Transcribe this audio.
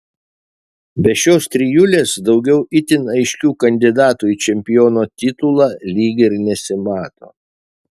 be šios trijulės daugiau itin aiškių kandidatų į čempiono titulą lyg ir nesimato